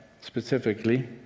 specifically